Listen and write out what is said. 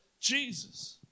Jesus